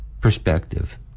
perspective